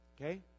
Okay